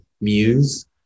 muse